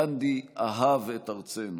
גנדי אהב את ארצנו.